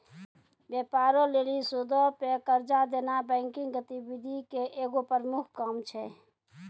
व्यापारो लेली सूदो पे कर्जा देनाय बैंकिंग गतिविधि के एगो प्रमुख काम छै